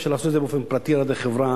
אפשר לעשות את זה באופן פרטי על-ידי חברה,